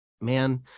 man